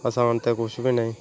असान ते कुछ बी नी